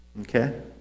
Okay